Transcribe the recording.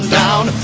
down